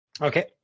Okay